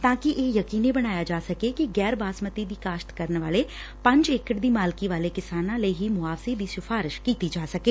ਤਾ ਕਿ ਇਹ ਯਕੀਨੀ ਬਣਾਇਆ ਜਾ ਸਕੇ ਕਿ ਗੈਰ ਬਾਸਮਤੀ ਦੀ ਕਾਸ਼ਤ ਕਰਨ ਵਾਲੇ ਪੰਜ ਏਕੜ ਦੀ ਮਾਲਕੀ ਵਾਲੇ ਕਿਸਾਨਾਂ ਲਈ ਹੀ ਮੁਆਵਜ਼ੇ ਦੀ ਸਿਫਾਰਿਸ਼ ਕੀਤੀ ਜਾ ਸਕੇ